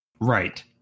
Right